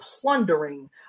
plundering